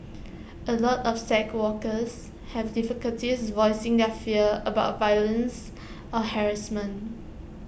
A lot of sex workers have difficulties voicing their fears about violence or harassment